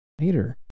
later